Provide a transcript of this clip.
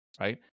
right